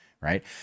right